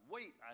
Wait